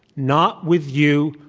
not with you.